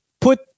put